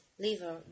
liver